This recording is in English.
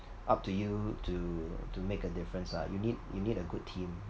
up to you to to make a difference lah you need you need a good team